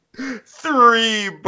Three